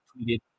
tweeted